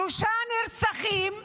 שלושה נרצחים,